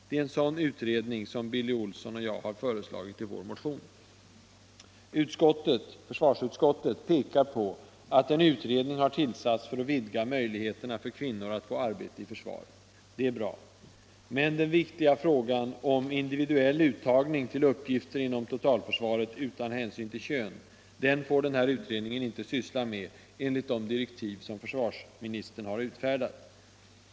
Det är en sådan utredning som Billy Olsson och jag har föreslagit i vår motion. Försvarsutskottet påpekar att en utredning har tillsatts för att vidga möjligheterna för kvinnor att få arbete i försvaret. Det är bra. Men den viktiga frågan om individuell uttagning till uppgifter inom totalförsvaret utan hänsyn till kön, den får den här utredningen inte syssla med enligt de direktiv försvarsministern har utfärdat.